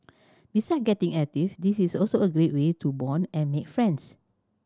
beside getting active this is also a great way to bond and make friends